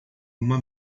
uma